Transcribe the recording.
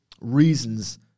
reasons